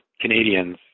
Canadians